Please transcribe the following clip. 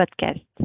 podcast